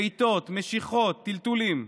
בעיטות, משיכות, טלטולים.